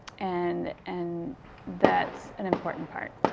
and and that's an important part,